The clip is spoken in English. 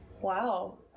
wow